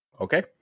Okay